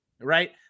right